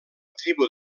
tribu